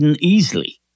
easily